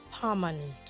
permanent